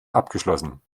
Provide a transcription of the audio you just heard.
abgeschlossen